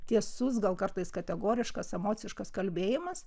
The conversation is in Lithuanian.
tiesus gal kartais kategoriškas emociškas kalbėjimas